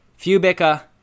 Fubica